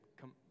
Come